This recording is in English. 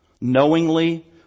knowingly